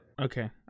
Okay